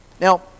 Now